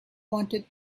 wanted